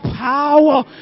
power